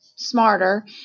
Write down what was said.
smarter